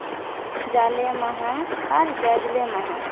ᱡᱟᱞᱮ ᱢᱟᱦᱟ ᱟᱨ ᱡᱟᱡᱞᱮ ᱢᱟᱦᱟ